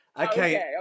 Okay